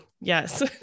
yes